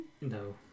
No